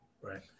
right